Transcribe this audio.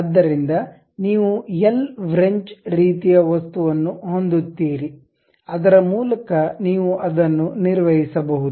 ಆದ್ದರಿಂದ ನೀವು L wrench ರೀತಿಯ ವಸ್ತುವನ್ನು ಹೊಂದುತ್ತೀರಿ ಅದರ ಮೂಲಕ ನೀವು ಅದನ್ನು ನಿರ್ವಹಿಸಬಹುದು